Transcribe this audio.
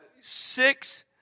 six